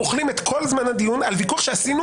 אנחנו אוכלים את כל זמן הדיון על ויכוח שעשינו,